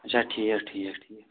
اچھا ٹھیٖک ٹھیٖک ٹھیٖک